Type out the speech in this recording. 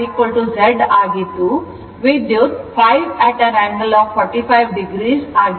VIZ ಆಗಿದ್ದು ವಿದ್ಯುತ್ 5 angle 45 o ಆಗಿದೆ